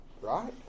right